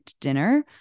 dinner